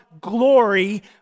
glory